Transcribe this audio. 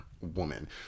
woman